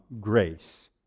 grace